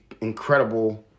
incredible